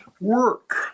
work